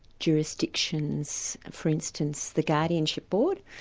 jurisdictions, for instance the guardianship board,